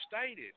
stated